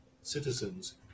citizens